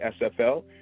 SFL